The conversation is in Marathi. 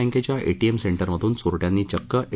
बँकेच्या एटीएम सेंटरमधून चोरट्यांनी चक्क ए